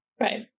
Right